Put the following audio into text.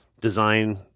design